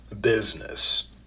business